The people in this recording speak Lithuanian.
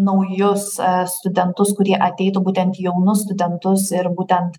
naujus studentus kurie ateitų būtent jaunus studentus ir būtent